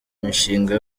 imishinga